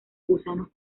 gusanos